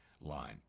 line